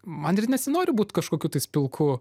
man nesinori būti kažkokiu pilku